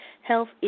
health